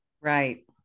Right